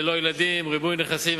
ללא ילדים וריבוי נכסים,